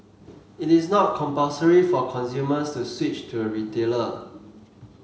it is not compulsory for consumers to switch to a retailer